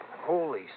Holy